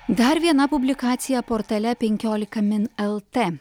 dar viena publikacija portale penkiolika min lt